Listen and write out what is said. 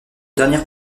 dernière